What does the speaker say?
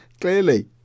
Clearly